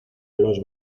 los